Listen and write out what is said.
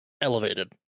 elevated